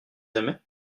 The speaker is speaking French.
aimaient